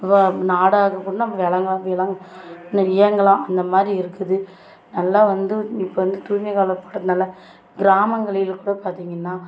நாடாக கூட நம்ம விளங்க விளங்க இன்றைக்கி இயங்கலாம் அந்தமாதிரி இருக்குது நல்லா வந்து இப்போ வந்து தூய்மையாளர் போட்டதனால கிராமங்களில் கூட பார்த்தீங்கள்னா